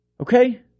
Okay